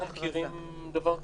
איפה מכירים דבר כזה,